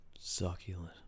Succulent